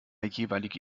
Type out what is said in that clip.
jeweilige